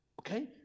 okay